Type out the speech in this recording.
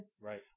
Right